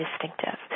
distinctive